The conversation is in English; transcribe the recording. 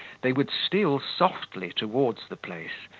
they would steal softly towards the place,